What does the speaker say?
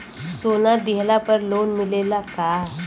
सोना दिहला पर लोन मिलेला का?